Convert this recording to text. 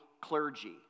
clergy